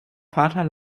vater